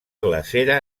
glacera